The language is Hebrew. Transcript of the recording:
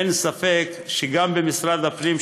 אין לי ספק שגם במשרד הפנים,